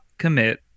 commit